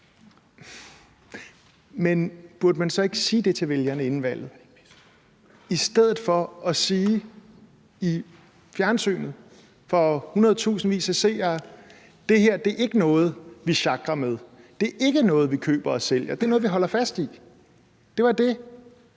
Men burde man så ikke sige det til vælgerne inden valget i stedet for at sige i fjernsynet foran hundredtusindvis af seere: Det her er ikke noget, vi sjakrer med; det er ikke noget, vi køber og sælger; det er noget, vi holder fast i? Det var det,